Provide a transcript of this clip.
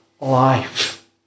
life